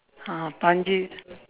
ah panjim